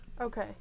Okay